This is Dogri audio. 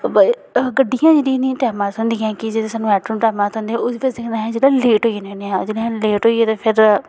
गड्डियां गै जेह्ड़ियां निं टैमां दियां थ्होंदियां की जे सानूं ऑटो निं टैमां दे थ्होंदे ओह्दी बजह् कन्नै अस जेह्ड़ा लेट होई जन्ने होने आं जेल्लै अस लेट होइये ते फिर